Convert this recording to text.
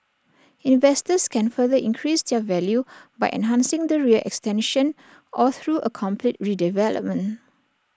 investors can further increase their value by enhancing the rear extension or through A complete redevelopment